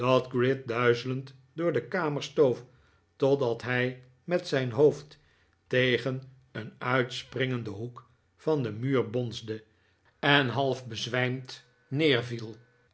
gride duizelend door de kamer stoof totdat hij met zijn hoofd tegen een uitspringenden hoek van den muur bonsde en half